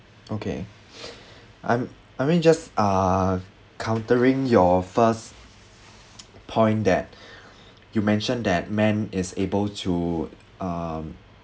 okay I'm I mean just uh countering your first point that you mentioned that man is able to um